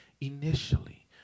Initially